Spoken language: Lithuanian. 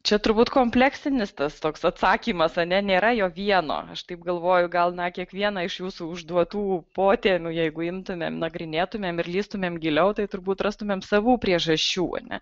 čia turbūt kompleksinis tas toks atsakymas ane nėra jo vieno aš taip galvoju gal na kiekvieną iš jūsų užduotų poterių jeigu imtumėm nagrinėtumėm ir lįstumėm giliau tai turbūt rastumėm savų priežasčių ar ne